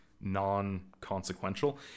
non-consequential